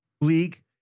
league